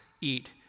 eat